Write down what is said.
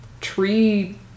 tree